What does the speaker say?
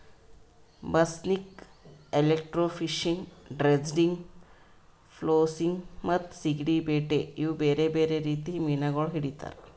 ಬಸ್ನಿಗ್, electrofishing, dredging, flossing ಮತ್ತ ಸೀಗಡಿ ಬೇಟೆ ಇವು ಬೇರೆ ಬೇರೆ ರೀತಿ ಮೀನಾಗೊಳ್ ಹಿಡಿತಾರ್